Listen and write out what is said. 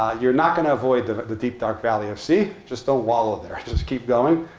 ah you're not going to avoid the the deep, dark valley of c. just don't wallow there! just keep going.